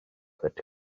that